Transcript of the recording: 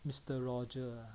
mister roger